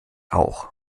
auch